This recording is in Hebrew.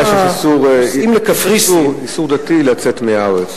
אתה יודע שיש איסור דתי לצאת מהארץ.